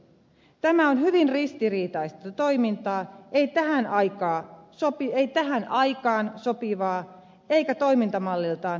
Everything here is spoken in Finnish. tämä on hyvin ristiriitaista toimintaa ei tähän aikaan sopivaa eikä toimintamalliltaan hyväksyttävää elvytyspolitiikkaa